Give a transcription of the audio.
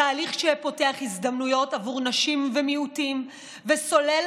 תהליך שפותח הזדמנויות עבור נשים ומיעוטים וסולל